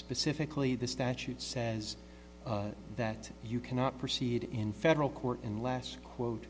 specifically the statute says that you cannot proceed in federal court in last quote